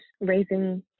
raising